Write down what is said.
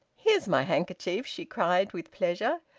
here's my handkerchief! she cried, with pleasure.